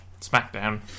SmackDown